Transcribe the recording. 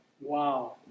Wow